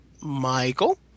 Michael